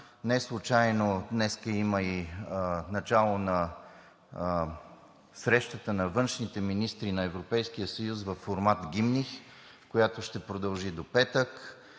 Неслучайно днес има и начало на срещата на външните министри на Европейския съюз във формат „Гимних“, която ще продължи до петък.